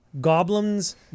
goblins